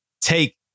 take